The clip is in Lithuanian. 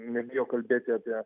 nebijo kalbėti apie